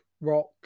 rock